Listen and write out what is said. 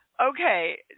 okay